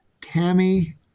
Tammy